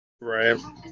right